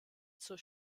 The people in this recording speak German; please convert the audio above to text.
zur